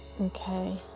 Okay